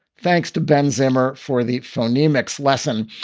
thanks to ben zimmer for the phony mixed lesson.